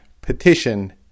petition